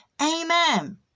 Amen